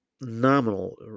nominal